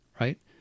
right